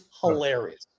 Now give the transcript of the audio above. hilarious